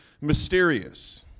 mysterious